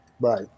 Right